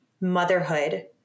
motherhood